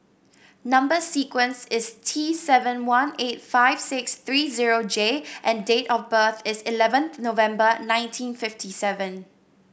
number sequence is T seven one eight five six three zero J and date of birth is eleventh November nineteen fifty seven